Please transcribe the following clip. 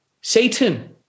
Satan